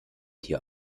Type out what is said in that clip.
dir